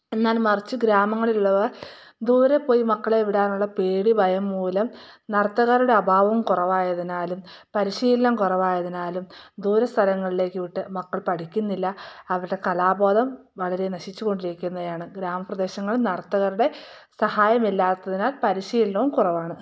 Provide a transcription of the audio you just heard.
എന്നാൽ മറിച്ച് ഗ്രാമങ്ങളിലുള്ളവർ ദൂരെപ്പോയി മക്കളെ വിടാനുള്ള പേടി ഭയം മൂലം നർത്തകരുടെ അഭാവം കുറവായതിനാലും പരിശീലനം കുറവായതിനാലും ദൂരെ സ്ഥലങ്ങളിലേക്ക് വിട്ട് മക്കൾ പഠിക്കുന്നില്ല അവരുടെ കലാബോധം വളരെ നശിച്ചുകൊണ്ടിരിക്കുന്നയാണ് ഗ്രാമപ്രദേശങ്ങളിൽ നർത്തകരുടെ സഹായമില്ലാത്തതിനാൽ പരിശീലനവും കുറവാണ്